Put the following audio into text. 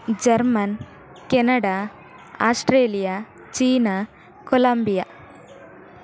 German Canada Australia China Columbia